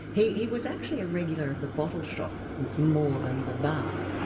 he he was actually a regular of the bottle shop more than the bar,